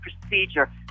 procedure